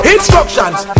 Instructions